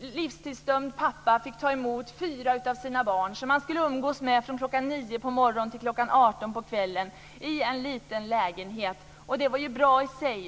livstidsdömd pappa fick ta emot fyra av sina barn som han skulle umgås med från kl. 9 på morgonen till kl. 18 på kvällen i en liten lägenhet. Det var ju bra i sig.